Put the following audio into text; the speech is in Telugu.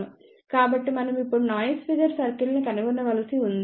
కాబట్టి మనం ఇప్పుడు నాయిస్ ఫిగర్ సర్కిల్ని కనుగొనవలసి ఉంది